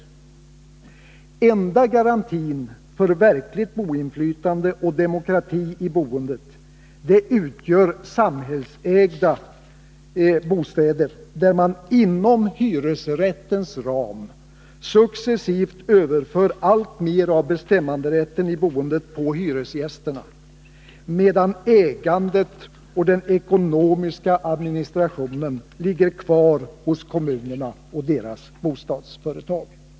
Den enda garantin för verkligt boinflytande och demokrati i boende utgör samhällsägda bostäder, där man inom hyresrättens ram successivt överför alltmer av bestämmanderätten i boendet på hyresgästerna, medan ägandet och den ekonomiska administrationen ligger kvar hos kommunerna och deras bostadsföretag.